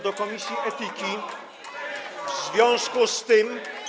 do komisji etyki w związku z tym.